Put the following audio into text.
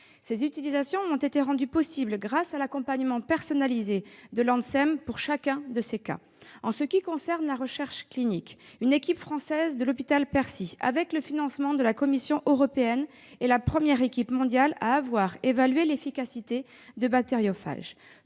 Ces utilisations ont été rendues possibles grâce à l'accompagnement personnalisé de l'ANSM pour chacun de ces cas. En ce qui concerne la recherche clinique, une équipe française de l'hôpital Percy, avec le financement de la Commission européenne, est la première au monde à avoir évalué l'efficacité de bactériophages.